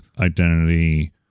identity